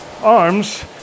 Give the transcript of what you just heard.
arms